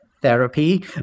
therapy